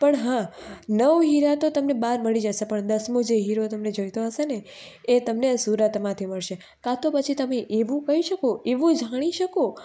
પણ હા નવ હીરા તો તમને બહાર મળી જશે પણ દસમો જે હીરો તમને જોઈતો હશે ને એ તમને સુરતમાંથી મળશે કાં તો પછી તમે એવું કહી શકો એવું જાણી શકો